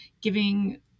giving